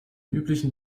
üblichen